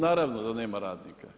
Naravno da nema radnika.